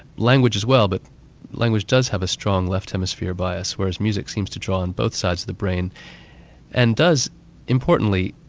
language as well but language does have a strong left hemisphere bias whereas music seems to draw on both sides of the brain and does importantly,